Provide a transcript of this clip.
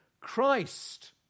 Christ